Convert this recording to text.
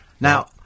Now